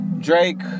drake